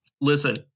listen